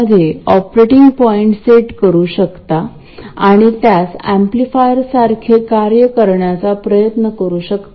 येथे operating point voltage zero आहे आणि फरक हा कॅपेसिटर च्या अक्रॉस चा ड्रॉप असेल